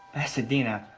pasadena?